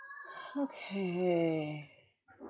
okay